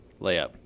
layup